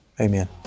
Amen